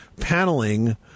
paneling